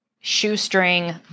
shoestring